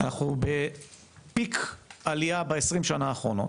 אנחנו בפיק עלייה בעשרים שנה האחרונות,